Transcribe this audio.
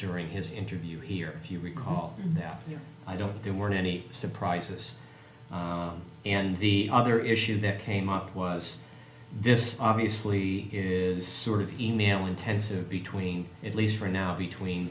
during his interview here if you recall i don't there were any surprises and the other issue that came up was this obviously is sort of e mail intensive between at least for now between